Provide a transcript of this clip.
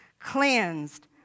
cleansed